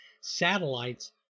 satellites